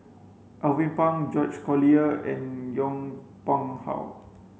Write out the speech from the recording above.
Alvin Pang George Collyer and Yong Pung How